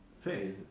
faith